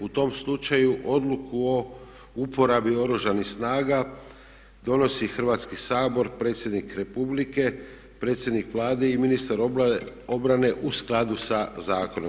U tom slučaju odluku o uporabi Oružanih snaga donosi Hrvatski sabor, predsjednik Republike, predsjednik Vlade i ministar obrane u skladu sa zakonom.